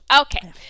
Okay